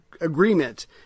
agreement